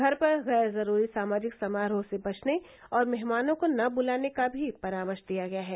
घर पर गैर जरूरी सामाजिक समारोह से बचने और मेहमानों को न बुलाने का भी परामर्श दिया गया है